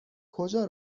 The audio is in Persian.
کجا